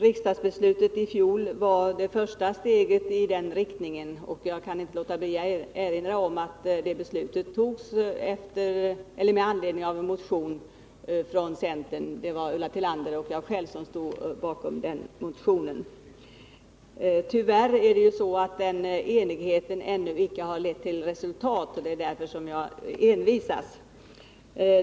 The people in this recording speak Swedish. Riksdagsbeslutet i fjol var det första steget i den riktningen, och jag kan inte låta bli att erinra om att det togs med anledning av en motion från centern; det var Ulla Tillander och jag själv som stod bakom den motionen. Tyvärr har enigheten ännu icke lett till resultat, och det är därför jag envisas.